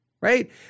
right